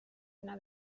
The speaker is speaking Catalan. una